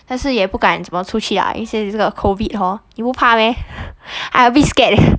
可是也不敢怎么出去 lah 一些这个 COVID hor 你不怕 meh I a bit scared leh